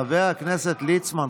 חבר הכנסת ליצמן,